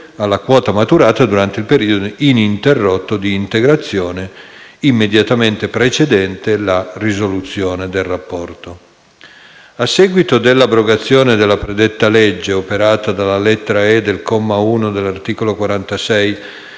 alla quota maturata durante il periodo ininterrotto di integrazione immediatamente precedente la risoluzione del rapporto. A seguito dell'abrogazione della legge 462 del 1972, operata dalla lettera *e)* del comma 1 dell'articolo 46